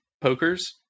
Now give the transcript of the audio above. pokers